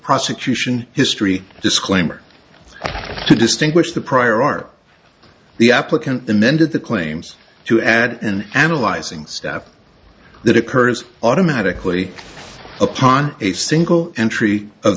prosecution history disclaimer to distinguish the prior art the applicant the mended the claims to add and analyzing staff that occurs automatically upon a single entry of